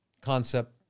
concept